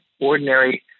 ordinary